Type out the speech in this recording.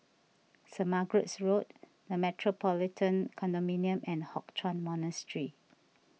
Saint Margaret's Road the Metropolitan Condominium and Hock Chuan Monastery